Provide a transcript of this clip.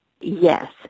Yes